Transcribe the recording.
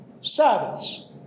Sabbaths